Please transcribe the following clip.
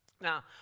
Now